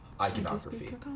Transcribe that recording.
iconography